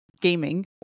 gaming